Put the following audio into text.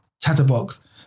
chatterbox